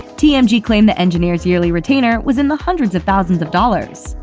tmg claimed the engineer's yearly retainer was in the hundreds of thousands of dollars.